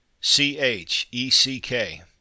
c-h-e-c-k